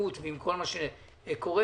אלימות וכל מה שקורה.